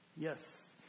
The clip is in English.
Yes